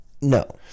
no